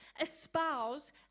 espouse